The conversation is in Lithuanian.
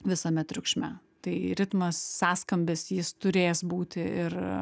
visame triukšme tai ritmas sąskambis jis turės būti ir